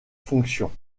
fonctions